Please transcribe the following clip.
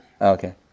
okay